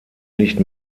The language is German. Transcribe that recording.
nicht